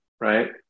right